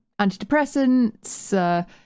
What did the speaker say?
antidepressants